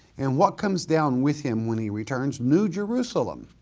and what comes down with him when he returns? new jerusalem,